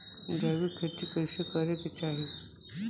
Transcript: जैविक खेती कइसे करे के चाही?